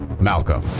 Malcolm